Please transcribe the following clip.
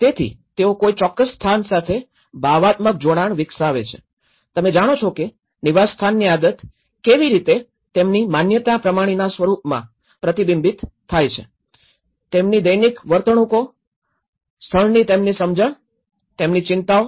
તેથી તેઓ કોઈ ચોક્કસ સ્થાન સાથે ભાવનાત્મક જોડાણ વિકસાવે છે તમે જાણો છો કે નિવાસસ્થાનની આદત કેવી રીતે તેમની માન્યતા પ્રણાલીના સ્વરૂપમાં પ્રતિબિંબિત થાય છે તેમની દૈનિક વર્તણૂકો સ્થળની તેમની સમજણ તેમની ચિંતાઓ